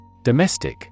Domestic